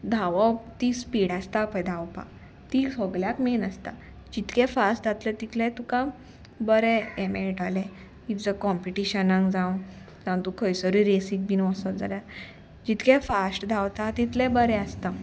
धांवप ती स्पीड आसता पय धांवपाक ती सोगल्याक मेन आसता जितके फास्ट धांवतले तितले तुका बरें हें मेळटलें इतलें कॉम्पिटिशनाक जावं जावं तुका खंयसरूय रेसीक बीन वचत जाल्यार जितकें फास्ट धांवता तितलें बरें आसता